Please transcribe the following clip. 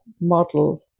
model